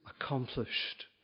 Accomplished